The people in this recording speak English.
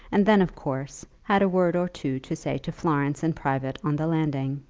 and then of course had a word or two to say to florence in private on the landing.